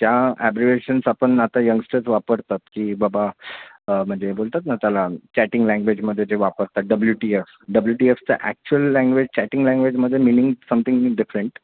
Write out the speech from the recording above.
ज्या ॲब्रिवेशन्स आपण आता यंगस्टर्स वापरतात की बाबा म्हणजे बोलतात ना त्याला चॅटिंग लँग्वेजमध्ये जे वापरतात W T F W T एफचं ॲक्च्युअल लँग्वेज चॅटिंग लँग्वेजमध्ये मिनिंग समथिंग डिफरंट